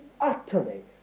utterly